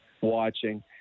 watching